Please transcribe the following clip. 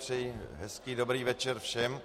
Přeji hezký, dobrý večer všem.